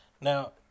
Now